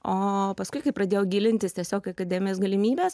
o paskui kai pradėjau gilintis tiesiog akademijos galimybes